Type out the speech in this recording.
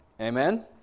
Amen